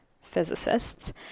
physicists